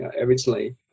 originally